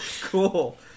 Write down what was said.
cool